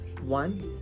one